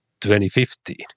2050